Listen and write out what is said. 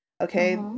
Okay